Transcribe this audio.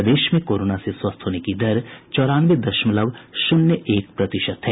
प्रदेश में कोरोना से स्वस्थ होने की दर चौरानवे दशमलव शून्य एक प्रतिशत है